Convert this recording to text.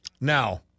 Now